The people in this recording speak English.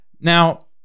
Now